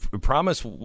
Promise